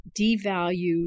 devalued